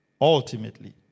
Ultimately